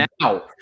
now